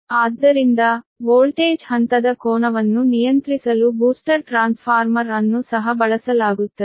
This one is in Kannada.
ಆದ್ದರಿಂದ ವೋಲ್ಟೇಜ್ ಹಂತದ ಕೋನವನ್ನು ನಿಯಂತ್ರಿಸಲು ಬೂಸ್ಟರ್ ಟ್ರಾನ್ಸ್ಫಾರ್ಮರ್ ಅನ್ನು ಸಹ ಬಳಸಲಾಗುತ್ತದೆ